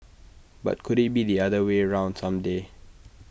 but could IT be the other way round some day